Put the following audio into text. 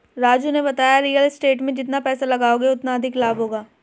राजू ने बताया real estate में जितना पैसे लगाओगे उतना अधिक लाभ होगा